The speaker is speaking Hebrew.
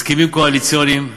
הסכמים קואליציוניים מוזרים,